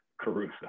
Caruso